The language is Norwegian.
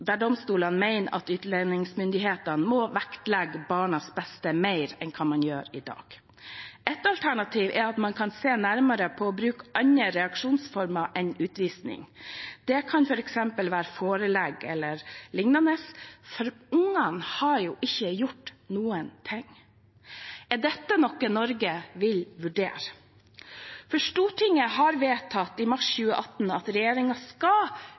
der domstolene mener at utlendingsmyndighetene må vektlegge barnas beste mer enn hva man gjør i dag. Ett alternativ er at man kan se nærmere på å bruke andre reaksjonsformer enn utvisning. Det kan f.eks. være forelegg eller lignende, for barna har jo ikke gjort noen ting. Er dette noe Norge vil vurdere? Stortinget har vedtatt, i mars 2018, at regjeringen skal